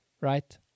Right